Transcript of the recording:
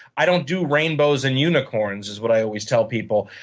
i don't do rainbows and unicorns is what i always tell people.